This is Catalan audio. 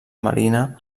marina